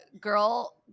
girl